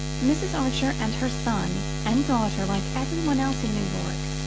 mrs. archer and her son and daughter, like every one else in new york,